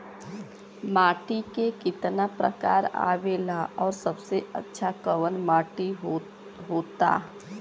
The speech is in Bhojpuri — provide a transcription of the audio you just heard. माटी के कितना प्रकार आवेला और सबसे अच्छा कवन माटी होता?